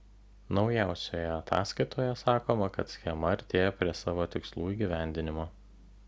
naujausioje ataskaitoje sakoma kad schema artėja prie savo tikslų įgyvendinimo